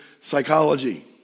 psychology